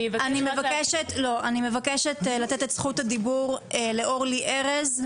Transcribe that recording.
אני מבקשת לתת את זכות הדיבור לאורלי ארז.